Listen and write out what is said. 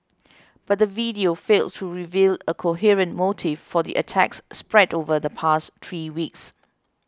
but the video failed to reveal a coherent motive for the attacks spread over the past three weeks